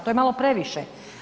To je malo previše.